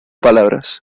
palabras